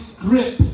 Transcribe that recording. grip